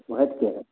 हैटके है